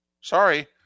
Sorry